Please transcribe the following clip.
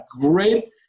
great